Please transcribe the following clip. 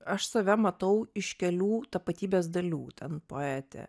aš save matau iš kelių tapatybės dalių ten poetė